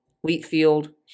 Wheatfield